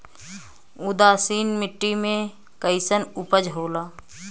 उदासीन मिट्टी में कईसन उपज होला?